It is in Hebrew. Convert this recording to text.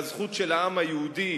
והזכות של העם היהודי,